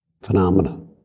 Phenomena